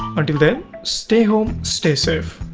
until then stay home stay safe.